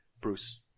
Bruce